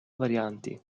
varianti